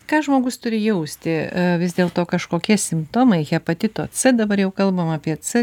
ką žmogus turi jausti vis dėl to kažkokie simptomai hepatito c dabar jau kalbam apie c